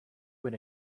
when